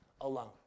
alone